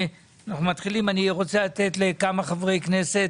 לפני שמתחילים, אני רוצה לתת לכמה חברי כנסת